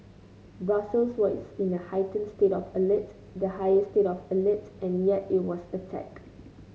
Brussels was in a heightened state of alert the highest state of alert and yet it was attacked